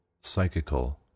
psychical